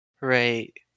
Right